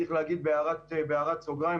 צריך להגיד בהערת סוגריים,